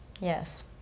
Yes